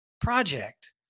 project